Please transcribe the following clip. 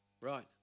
Right